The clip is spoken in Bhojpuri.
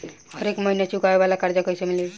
हरेक महिना चुकावे वाला कर्जा कैसे मिली?